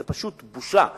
זו פשוט בושה לכנסת,